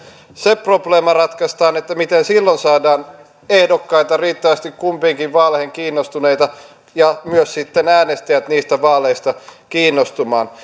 se probleema ratkaistaan että miten silloin saadaan ehdokkaita riittävästi kumpiinkin vaaleihin kiinnostuneita ja myös sitten äänestäjät niistä vaaleista kiinnostumaan